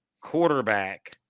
quarterback